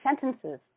sentences